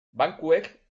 bankuek